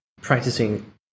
practicing